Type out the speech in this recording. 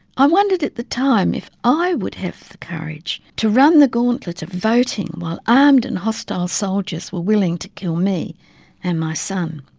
i wondered at the time if i would have the courage to run the gauntlet of voting while armed and hostile soldiers were willing to kill me and my son.